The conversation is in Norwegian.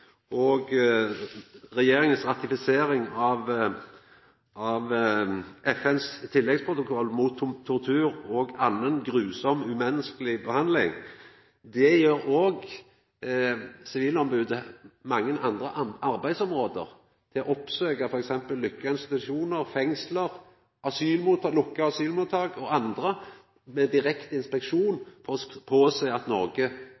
og regjeringas ratifisering av FNs tilleggsprotokoll mot tortur og annan brutal umenneskeleg behandling. Det gjev sivilombodet mange andre arbeidsområde, f.eks. det å oppsøkja lukka institusjonar, fengsel, lukka asylmottak og andre med direkte inspeksjon og sjå til at Noreg